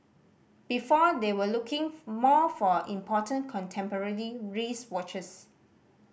before they were looking more for important contemporary wristwatches